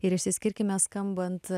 ir išsiskirkime skambant